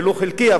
ולו חלקי,